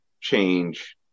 change